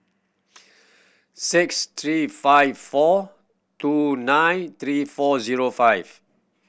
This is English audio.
six three five four two nine three four zero five